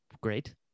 great